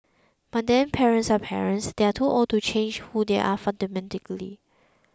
but then parents are parents they are too old to change who they are fundamentally